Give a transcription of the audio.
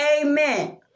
Amen